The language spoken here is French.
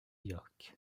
york